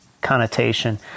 connotation